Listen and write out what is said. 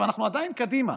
אנחנו עדיין קדימה,